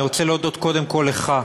אני רוצה להודות קודם כול לך.